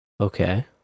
okay